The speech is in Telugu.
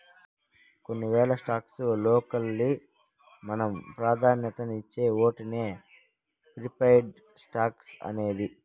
కొన్ని వేల స్టాక్స్ లోకెల్లి మనం పాదాన్యతిచ్చే ఓటినే ప్రిఫర్డ్ స్టాక్స్ అనేది